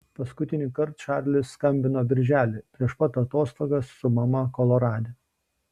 paskutinįkart čarlis skambino birželį prieš pat atostogas su mama kolorade